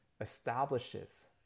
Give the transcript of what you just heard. establishes